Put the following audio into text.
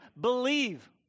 believe